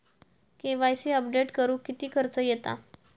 KYC update करुक किती खर्च येता?